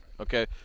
okay